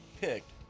picked